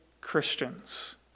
Christians